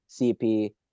CP